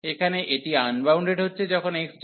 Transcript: এখানে এটি আনবাউন্ডেড হচ্ছে যখন x→c